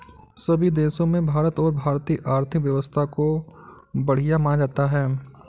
सभी देशों में भारत और भारतीय आर्थिक व्यवस्था को बढ़िया माना जाता है